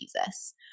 Jesus